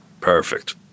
Perfect